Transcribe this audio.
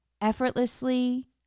effortlessly